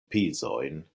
pizojn